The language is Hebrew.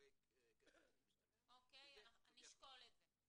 ולגבי --- אני אשקול את זה.